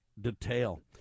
detail